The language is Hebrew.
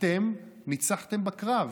אתם ניצחתם בקרב,